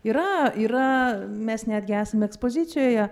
yra yra mes netgi esame ekspozicijoje